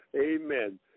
Amen